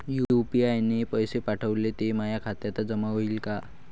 UPI न पैसे पाठवले, ते माया खात्यात जमा होईन का?